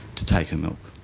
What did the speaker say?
to take her milk.